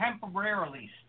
temporarily